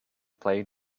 playing